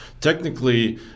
technically